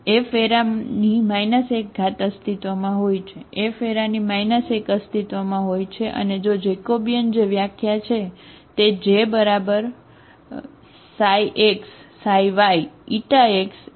F 1 અસ્તિત્વમાં હોય છે F 1 અસ્તિત્વમાં હોય છે અને જો જેકોબિયન જે વ્યાખ્યા છે તે J ∶ x y x y ≠0 છે